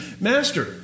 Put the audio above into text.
Master